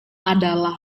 adalah